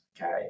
okay